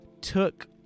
took